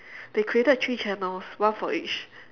they created three channels one for each